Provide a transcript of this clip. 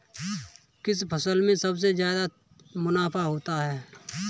किस फसल में सबसे जादा मुनाफा होता है?